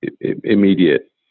immediate